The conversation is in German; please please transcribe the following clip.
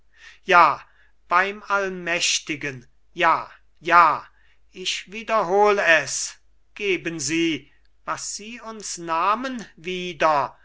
ja beim allmächtigen ja ja ich wiederhol es geben sie was sie uns nahmen wieder